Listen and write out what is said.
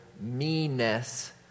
meanness